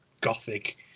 gothic